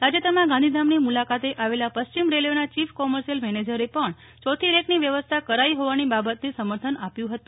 તાજેતરમાં ગાંધીધામની મુલાકાતે આવેલા પશ્ચિમ રેલવેના ચીફ કોમર્શિયલ મેનેજરે પણ ચોથી રેકની વ્યવસ્થા કરાઈ હોવાની બાબતને સમર્થન આપ્યું હતું